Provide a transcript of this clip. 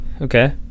Okay